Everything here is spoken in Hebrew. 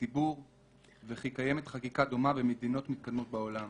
הציבור וכי קיימת חקיקה דומה במדינות מתקדמות בעולם.